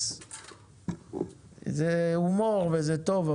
זה הומור וזה טוב,